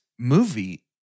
movie